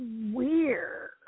weird